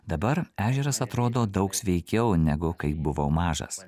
dabar ežeras atrodo daug sveikiau negu kai buvau mažas